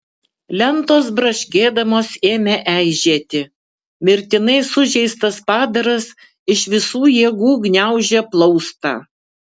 lentos braškėdamos ėmė eižėti mirtinai sužeistas padaras iš visų jėgų gniaužė plaustą